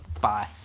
Bye